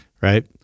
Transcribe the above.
right